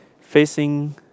facing